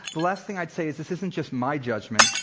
the last thing i'd say is this isn't just my judgment.